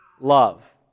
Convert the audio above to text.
love